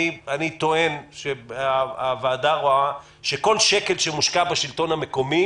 אני טוען שהוועדה רואה שכל שקל שמושקע בשלטון המקומי